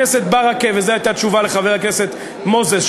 זו הייתה תשובה לחבר הכנסת מוזס,